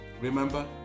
remember